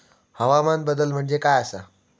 हवामान बदल म्हणजे काय आसा?